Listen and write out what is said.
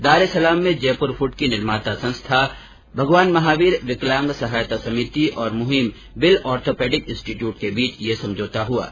दार es Salaam में Jaipur foot की निर्माता संस्था भगवान महावीर विकलांग सहायता समिति और मुहिम बिल आर्थोपेडिक इंस्टीट्यूट के बीच एक समझौता हुआ है